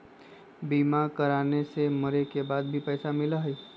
बीमा कराने से मरे के बाद भी पईसा मिलहई?